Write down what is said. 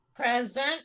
Present